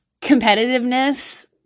competitiveness